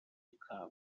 bikanga